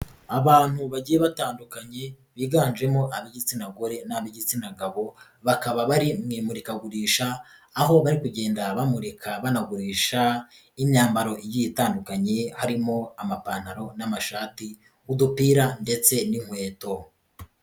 Abantu bagiye batandukanye biganjemo ab'igitsina gore n'ab'igitsina gabo bakaba bari mu imurikagurisha aho bari kugenda bamurika banagurisha imyambaro igiye itandukanye harimo: amapantaro n'amashati, udupira ndetse n'inkweto.